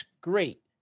great